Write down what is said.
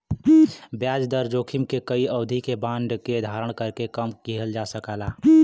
ब्याज दर जोखिम के कई अवधि के बांड के धारण करके कम किहल जा सकला